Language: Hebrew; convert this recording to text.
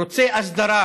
רוצה הסדרה,